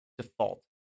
default